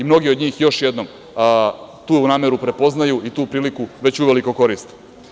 Mnogi od njih, još jednom, tu nameru prepoznaju i tu priliku već uveliko koriste.